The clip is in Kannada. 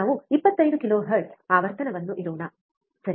ನಾವು 25 ಕಿಲೋಹೆರ್ಟ್ಜ್ ಆವರ್ತನವನ್ನು ಇಡೋಣ ಸರಿ